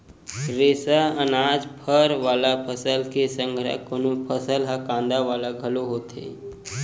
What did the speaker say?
रेसा, अनाज, फर वाला फसल के संघरा कोनो फसल ह कांदा वाला घलो होथे